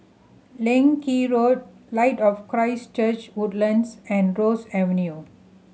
Leng Kee Road Light of Christ Church Woodlands and Ross Avenue